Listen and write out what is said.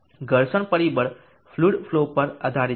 ઘર્ષણ પરિબળ fluid flow પર આધારિત છે